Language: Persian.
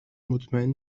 مطمئن